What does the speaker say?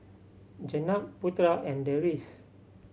Jenab Putera and Deris